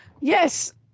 yes